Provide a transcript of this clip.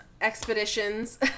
expeditions